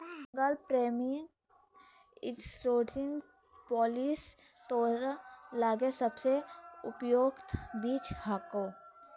single premium insurance policy तोरा लगी सबसे उपयुक्त चीज हको